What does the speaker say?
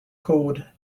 code